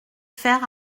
faire